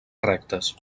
rectes